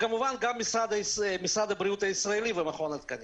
כמובן גם משרד הבריאות הישראלי ומכון התקנים.